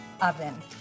oven